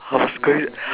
I was goo~